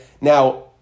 Now